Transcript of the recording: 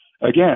Again